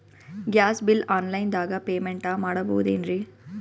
Gas bill online ದಾಗ payment ಮಾಡಬೋದೇನ್ರಿ?